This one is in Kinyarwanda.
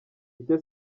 icyo